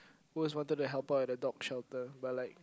always wanted to help out at a dog shelter but like